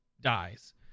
dies